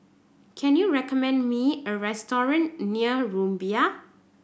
can you recommend me a restaurant near Rumbia